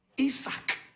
Isaac